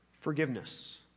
forgiveness